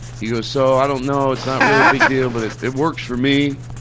he goes, so i don't know. it's not really a big deal, but it it works for me,